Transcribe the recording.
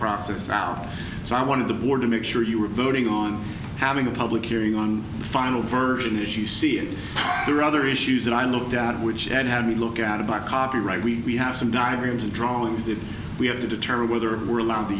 process out so i want the board to make sure you are voting on having a public hearing on the final version as you see it there are other issues that i looked at which i had to look at about copyright we have some diagrams and drawings that we have to determine whether of were allowed to